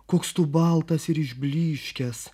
koks tu baltas ir išblyškęs